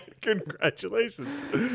Congratulations